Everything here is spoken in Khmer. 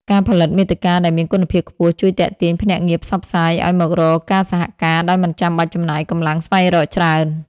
ការផលិតមាតិកាដែលមានគុណភាពខ្ពស់ជួយទាក់ទាញភ្នាក់ងារផ្សព្វផ្សាយ ឱ្យមករកការសហការដោយមិនបាច់ចំណាយកម្លាំងស្វែងរកច្រើន។